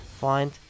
find